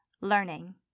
learning